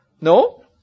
No